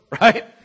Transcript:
right